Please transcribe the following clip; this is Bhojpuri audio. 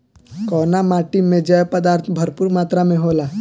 कउना माटी मे जैव पदार्थ भरपूर मात्रा में होला?